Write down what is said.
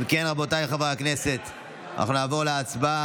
אם כן, רבותיי, חברי הכנסת, אנחנו נעבור להצבעה.